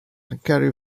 carry